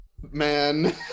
Man